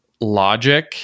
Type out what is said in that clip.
logic